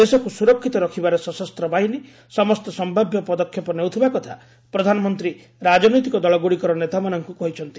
ଦେଶକୁ ସୁରକ୍ଷିତ ରଖିବାରେ ସଶସ୍ତବାହିନୀ ସମସ୍ତ ସମ୍ଭାବ୍ୟ ପଦକ୍ଷେପ ନେଉଥିବା କଥା ପ୍ରଧାନମନ୍ତ୍ରୀ ରାଜନୈତିକ ଦଳଗୁଡ଼ିକର ନେତାମାନଙ୍କୁ କହିଛନ୍ତି